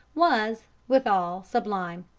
was, withal, sublime.